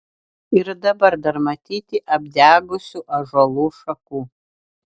ir dabar dar matyti apdegusių ąžuolų šakų